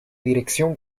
dirección